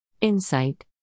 Insight